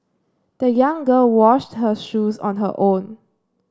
the young girl washed her shoes on her own